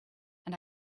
and